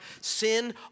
Sin